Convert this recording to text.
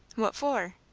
what for?